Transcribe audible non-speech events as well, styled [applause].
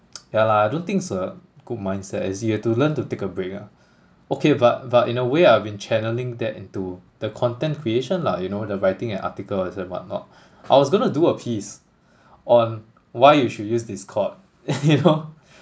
[noise] ya lah I don't think it's a good mindset as you have to learn to take a break ah okay but but in a way I've been channelling that into the content creation lah you know the writing an article is and whatnot I was gonna do a piece on why you should use discord you know